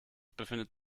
befindet